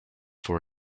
for